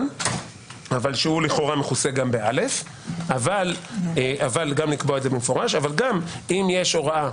שהוא לכאורה מכוסה גם ב-(א) אבל גם אם יש הוראה,